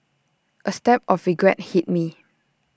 A stab of regret hit me